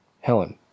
Helen